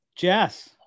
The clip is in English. jess